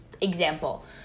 example